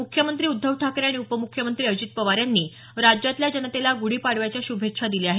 मुख्यमंत्री उद्धव ठाकरे आणि उपमुख्यमंत्री अजित पवार यांनी यांनी राज्यातल्या जनतेला गुढी पाडव्याच्या श्भेच्छा दिल्या आहेत